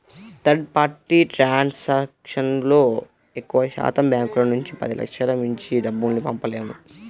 third party ట్రాన్సాక్షన్తో ఎక్కువశాతం బ్యాంకుల నుంచి పదిలక్షలకు మించి డబ్బుల్ని పంపలేము